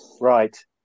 Right